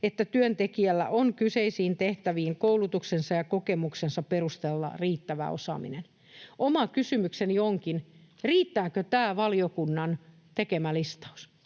että työntekijällä on kyseisiin tehtäviin koulutuksensa ja kokemuksensa perusteella riittävä osaaminen. Oma kysymykseni onkin, riittääkö tämä valiokunnan tekemä listaus,